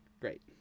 Great